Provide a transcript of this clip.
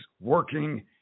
working